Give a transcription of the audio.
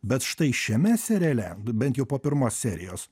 bet štai šiame seriale bent jau po pirmos serijos